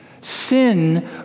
Sin